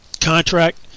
contract